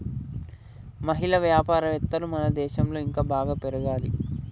మహిళా వ్యాపారవేత్తలు మన దేశంలో ఇంకా బాగా పెరగాలి